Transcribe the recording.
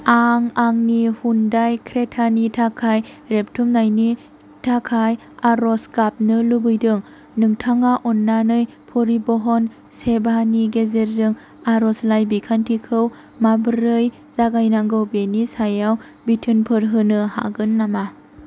आं आंनि हियुन्दे क्रेटानि थाखाय रेबथुमनायनि थाखाय आरज गाबनो लुबैदों नोंथाङा अन्नानै परिबहन सेभानि गेजेरजों आरजलाइ बिखान्थिखौ माबोरै जागायनांगौ बेनि सायाव बिथोनफोर होनो हागोन नामा